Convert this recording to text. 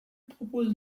propose